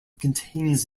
contains